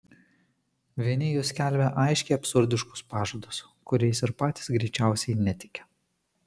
vieni jų skelbia aiškiai absurdiškus pažadus kuriais ir patys greičiausiai netiki